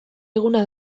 eguna